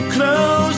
Close